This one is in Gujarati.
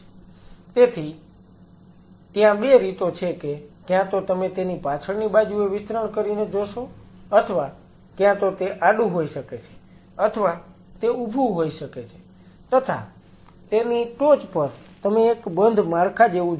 તેથી ત્યાં 2 રીતો છે કે ક્યાં તો તમે તેની પાછળની બાજુએ વિસ્તરણ કરીને જોશો અથવા ક્યાં તો તે આડુ હોઈ શકે છે અથવા તે ઊભું હોઈ શકે છે તથા તેની ટોચ પર તમે એક બંધ માળખા જેવું જોશો